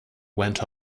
went